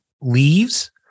leaves